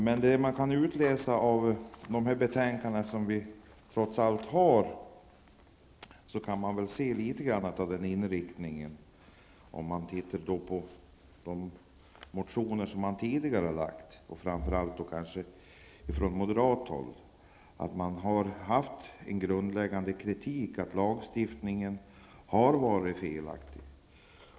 Men man kan se litet av inriktningen om man läser de motioner som de borgerliga partierna tidigare har väckt, framför allt moderaterna. De har framfört grundläggande kritik om att lagstiftningen har varit felaktig.